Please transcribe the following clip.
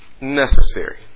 necessary